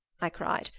i cried,